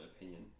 opinion